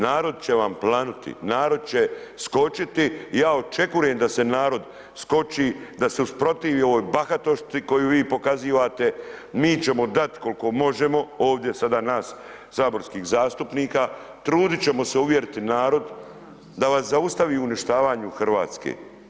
Narod će vam planuti, narod će skočiti, ja očekujem da se narod skoči, da se usprotivi ovoj bahatosti koju vi pokazivate, mi ćemo dati koliko možemo ovdje sad nas saborskih zastupnika, trudit ćemo se uvjeriti narod da vas zaustavi u uništavanju Hrvatske.